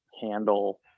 handle